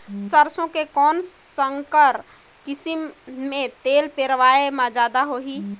सरसो के कौन संकर किसम मे तेल पेरावाय म जादा होही?